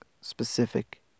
specific